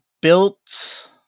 built